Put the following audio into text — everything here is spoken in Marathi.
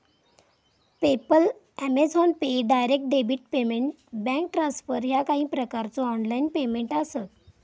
PayPal, Amazon Pay, direct debit payment, bank transfer ह्या काही प्रकारचो ऑनलाइन पेमेंट आसत